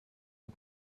ont